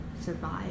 survive